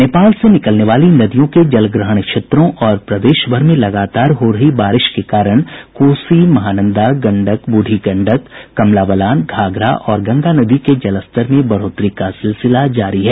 नेपाल से निकलने वाली नदियों के जलग्रहण क्षेत्रों और प्रदेशभर में लगातार हो रही बारिश के कारण कोसी महानंदा गंडक ब्रढ़ी गंडक कमला बलान घाघरा और गंगा नदी के जलस्तर में बढ़ोतरी का सिलसिला जारी है